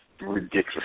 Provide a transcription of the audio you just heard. ridiculous